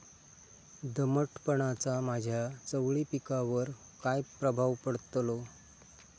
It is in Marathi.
दमटपणाचा माझ्या चवळी पिकावर काय प्रभाव पडतलो?